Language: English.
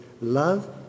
love